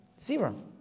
zero